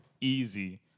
easy